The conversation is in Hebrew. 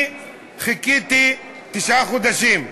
חיכיתי תשעה חודשים,